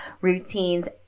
routines